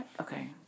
Okay